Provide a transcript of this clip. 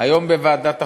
היום בוועדת החוקה,